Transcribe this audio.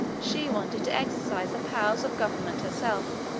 she wanted to exercise the powers of government herself,